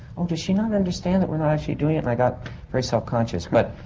oh does she not understand that we're not actually doing it? and i got very self conscious. but.